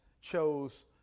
chose